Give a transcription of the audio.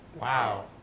Wow